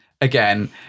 Again